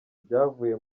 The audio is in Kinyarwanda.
ibyavuye